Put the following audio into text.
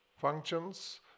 functions